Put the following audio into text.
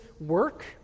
work